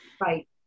Right